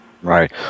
Right